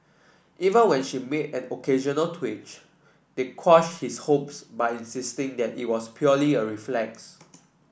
even when she made an occasional twitch they quashed his hopes by insisting that it was purely a reflex